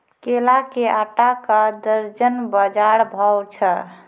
केला के आटा का दर्जन बाजार भाव छ?